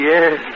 Yes